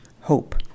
hope